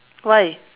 why